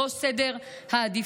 בראש סדר העדיפויות.